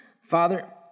Father